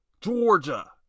Georgia